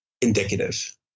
indicative